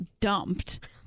dumped